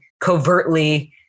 covertly